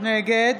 נגד